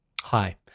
Hi